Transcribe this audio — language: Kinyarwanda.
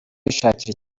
bishakira